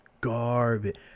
garbage